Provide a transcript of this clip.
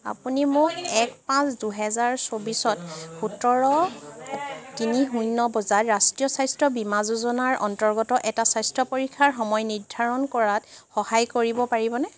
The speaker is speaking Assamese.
আপুনি মোক এক পাঁচ দুহেজাৰ চৌবিছত সোতৰ তিনি শূন্য বজাত ৰাষ্ট্ৰীয় স্বাস্থ্য বীমা যোজনাৰ অন্তৰ্গত এটা স্বাস্থ্য পৰীক্ষাৰ সময় নিৰ্ধাৰণ কৰাত সহায় কৰিব পাৰিবনে